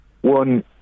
One